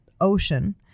ocean